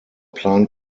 plan